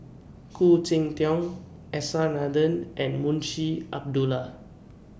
Khoo Cheng Tiong S R Nathan and Munshi Abdullah